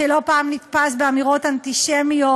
שלא פעם נתפס באמירות אנטישמיות,